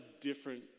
different